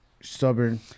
Stubborn